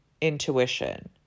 intuition